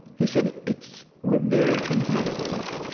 he said, it's we're very competitive.